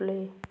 play